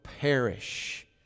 perish